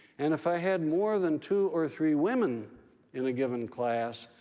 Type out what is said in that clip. and if i had more than two or three women in a given class,